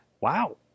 Wow